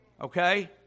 okay